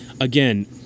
Again